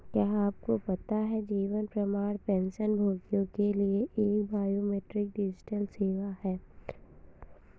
क्या आपको पता है जीवन प्रमाण पेंशनभोगियों के लिए एक बायोमेट्रिक डिजिटल सेवा है?